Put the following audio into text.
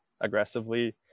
aggressively